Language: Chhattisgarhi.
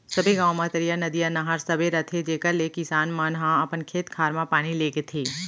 सबे गॉंव म तरिया, नदिया, नहर सबे रथे जेकर ले किसान मन ह अपन खेत खार म पानी लेगथें